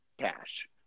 cash